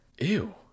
Ew